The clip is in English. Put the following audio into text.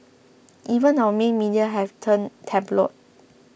even our main media have turned tabloid